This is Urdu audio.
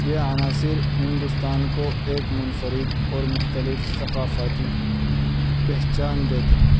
یہ عناصر ہندوستان کو ایک منفرد اور مختلف ثقافتی پہچان دیتے ہیں